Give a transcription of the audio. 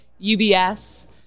UBS